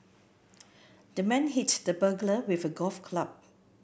the man hit the burglar with a golf club